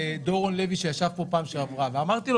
לדורון לוי שישב פה פעם שעברה ואמרתי לו